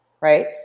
right